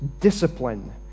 discipline